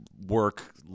work